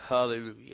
Hallelujah